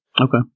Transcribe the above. Okay